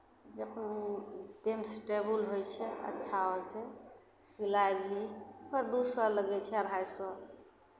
जे कोनो gents table होइ छै अच्छा होइ छै सिलाइ भी ओकर दू सए लगै छै अढ़ाइ सए